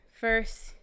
first